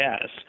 Yes